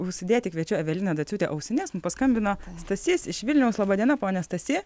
užsidėti kviečiu eveliną dociūtę ausines mum paskambino stasys iš vilniaus laba diena pone stasy